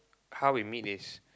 how we meet is